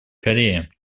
корея